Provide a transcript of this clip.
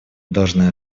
должны